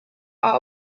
are